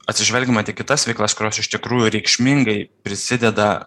atsižvelgiama kitas veiklas kurios iš tikrųjų reikšmingai prisideda